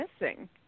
missing